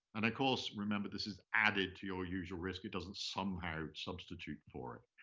and of course, remember, this is added to your usual risk. it doesn't somehow substitute for it.